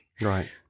right